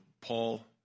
Paul